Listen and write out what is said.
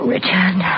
Richard